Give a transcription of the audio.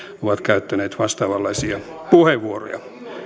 ovat käyttäneet vastaavanlaisia puheenvuoroja